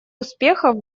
успехов